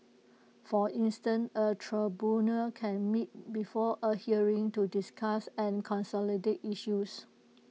for instance A tribunal can meet before A hearing to discuss and consolidate issues